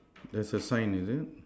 there is a sign is it